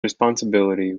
responsibility